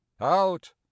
Out